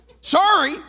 Sorry